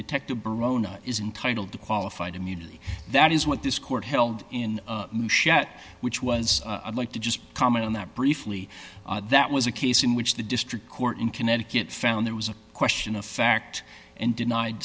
detective barone is entitled to qualified immunity that is what this court held in machette which was a i'd like to just comment on that briefly that was a case in which the district court in connecticut found there was a question of fact and denied